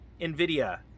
nvidia